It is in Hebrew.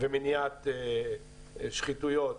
ומניעת שחיתויות,